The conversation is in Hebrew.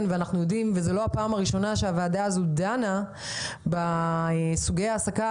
זאת לא הפעם הראשונה שהוועדה הזאת דנה בסוגי העסקה